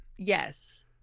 Yes